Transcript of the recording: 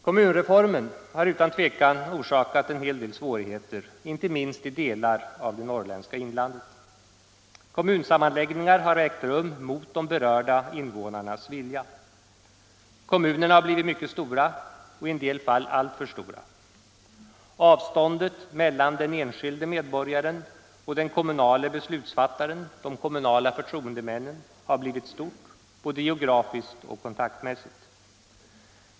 Kommunreformen har utan tvivel orsakat en hel del svårigheter, inte minst i delar av det norrländska inlandet. Kommunsammanläggningar har ägt rum mot de berörda invånarnas vilja. Kommunerna har blivit mycket stora och i en del fall alltför stora. Avståndet mellan den enskilde medborgaren och den kommunale beslutsfattaren — de kommunala förtroendemännen -— har blivit stort, både geografiskt och kontaktmässigt.